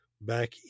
back